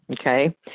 okay